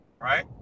right